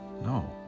no